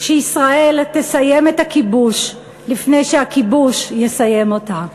שישראל תסיים את הכיבוש לפני שהכיבוש יסיים אותה?